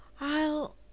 I'll—